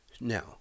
Now